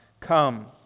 come